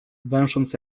węsząc